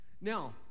Now